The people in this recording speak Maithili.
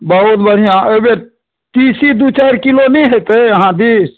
बहुत बढ़िआँ एहि बेर तीसी दू चारि किलो नहि हेतै अहाँ दिश